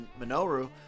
Minoru